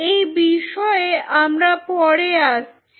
এই বিষয়ে আমরা পরে আসছি